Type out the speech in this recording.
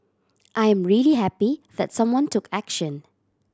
I am really happy that someone took action